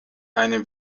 eine